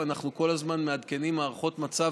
ואנחנו כל הזמן מעדכנים הערכות מצב